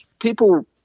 people